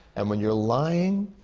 and when you're lying,